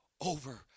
over